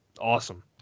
awesome